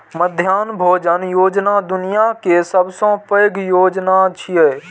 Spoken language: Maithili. मध्याह्न भोजन योजना दुनिया के सबसं पैघ योजना छियै